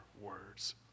words